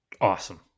Awesome